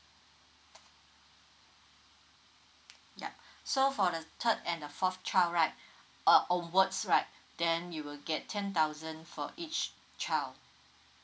yup so for the third and the fourth child right uh onwards right then you will get ten thousand for each child